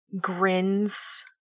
grins